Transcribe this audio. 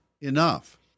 enough